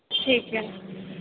ਠੀਕ ਏ